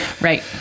Right